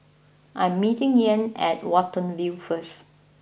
I am meeting Ian at Watten View First